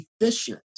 efficient